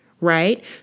right